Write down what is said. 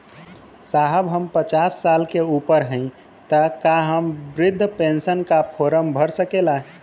साहब हम पचास साल से ऊपर हई ताका हम बृध पेंसन का फोरम भर सकेला?